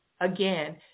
again